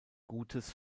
gutes